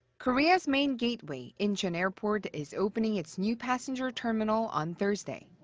korea's main gateway, incheon airport, is opening its new passenger terminal on thursday.